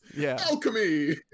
Alchemy